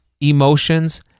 emotions